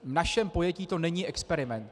V našem pojetí to není experiment.